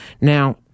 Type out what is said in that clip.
Now